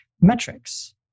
metrics